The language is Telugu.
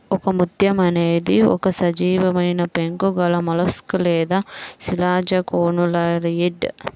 ఒకముత్యం అనేది ఒక సజీవమైనపెంకు గలమొలస్క్ లేదా శిలాజకోనులారియిడ్